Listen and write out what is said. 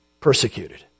persecuted